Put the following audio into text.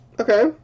Okay